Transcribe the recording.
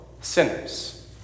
sinners